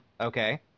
Okay